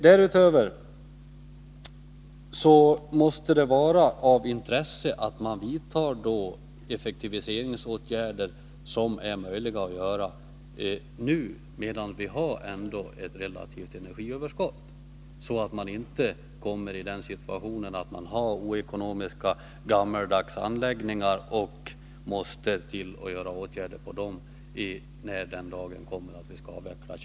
Därutöver måste det vara av intresse att man vidtar de effektiviseringsåtgärder som är möjliga att göra nu, när vi har ett relativt energiöverskott, så att man inte kommer i den situationen att man har gammaldags och oekonomiska anläggningar som måste åtgärdas när kärnkraften skall avvecklas.